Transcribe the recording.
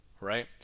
right